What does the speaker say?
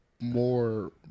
more